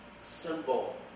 symbol